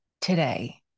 today